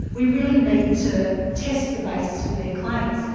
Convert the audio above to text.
we really need to test the basis for their claims.